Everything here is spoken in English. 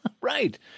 Right